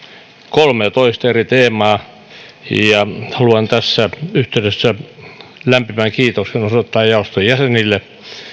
kolmeatoista eri teemaa ja haluan tässä yhteydessä osoittaa lämpimän kiitoksen jaoston jäsenille